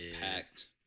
packed